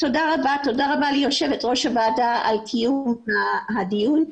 ליושב ראש הוועדה על קיום הדיון.